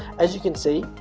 as you can see,